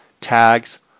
tags